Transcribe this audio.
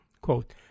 Quote